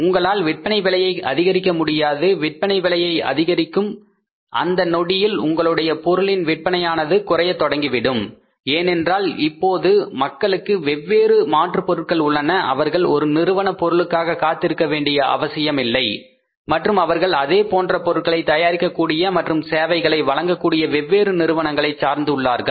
உங்களால் விற்பனை விலையை அதிகரிக்க முடியாது விற்பனை விலையை அதிகரிக்கும் அந்த நொடியில் உங்களுடைய பொருளின் விற்பனையானது குறையத் தொடங்கிவிடும் ஏனென்றால் இப்போது மக்களுக்கு வெவ்வேறு மாற்றுப் பொருட்கள் உள்ளன அவர்கள் ஒரு நிறுவன பொருளுக்காக காத்திருக்க வேண்டிய அவசியமில்லை மற்றும் அவர்கள் அதே போன்ற பொருட்களை தயாரிக்க கூடிய மற்றும் சேவைகளை உருவாக்கக்கூடிய வெவ்வேறு நிறுவனங்களைச் சார்ந்து உள்ளார்கள்